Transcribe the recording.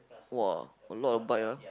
!wah! a lot bike ah